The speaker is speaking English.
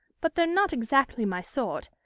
but they're not exactly my sort,